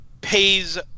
pays